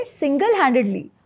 single-handedly